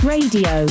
Radio